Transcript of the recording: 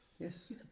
Yes